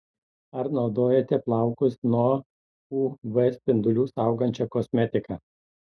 ar naudojate plaukus nuo uv spindulių saugančią kosmetiką